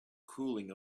cooling